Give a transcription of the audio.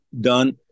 done